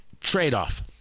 trade-off